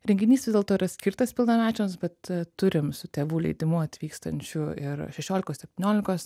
renginys vis dėlto yra skirtas pilnamečiams bet turim su tėvų leidimu atvykstančių ir šešiolikos septyniolikos